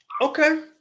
okay